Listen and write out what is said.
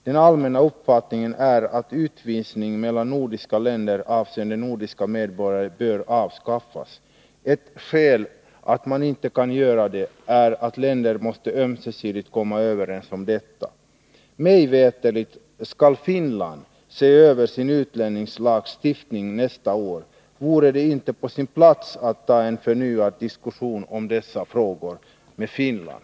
Den allmänna uppfattningen är att utvisning mellan nordiska länder avseende nordiska medborgare bör avskaffas. Ett skäl till att man inte kan göra det är att länder ömsesidigt måste komma överens om detta. Mig veterligt skall Finland se över sin utlänningslagstiftning nästa år. Vore det inte på sin plats att ta en förnyad diskussion om dessa frågor med Finland?